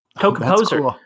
Co-composer